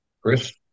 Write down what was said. Chris